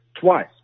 twice